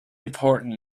important